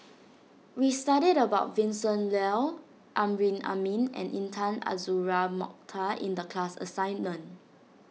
we studied about Vincent Leow Amrin Amin and Intan Azura Mokhtar in the class assignment